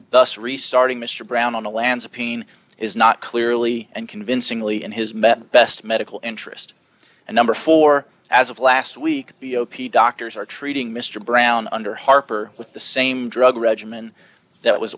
thus restarting mr brown on the lands of pain is not clearly and convincingly in his met best medical interest and number four as of last week b o p doctors are treating mr brown under harper with the same drug regimen that was